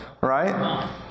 Right